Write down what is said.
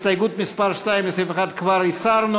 הסתייגות מס' 2, לסעיף 1, כבר הסרנו.